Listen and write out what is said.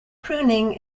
pruning